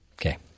Okay